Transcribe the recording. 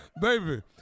Baby